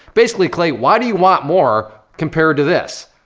basically, clay, why do you want more compared to this?